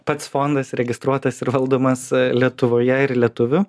pats fondas registruotas ir valdomas lietuvoje ir lietuvių